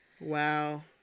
Wow